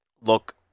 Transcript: look